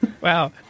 Wow